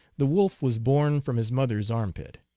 the wolf was born from his mother s armpit.